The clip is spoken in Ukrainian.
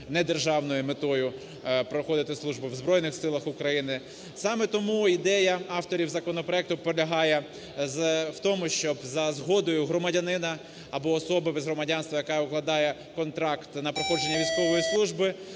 недержавною метою, проходити службу в Збройних Силах України. Саме тому ідея авторів законопроекту полягає в тому, щоб за згодою громадянина або особи без громадянства, яка укладає контракт на проходження військової служби